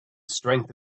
strength